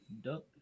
Duck